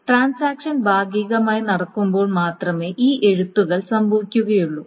transaction ഭാഗികമായി നടക്കുമ്പോൾ മാത്രമേ ഈ എഴുത്തുകൾ സംഭവിക്കുകയുള്ളൂ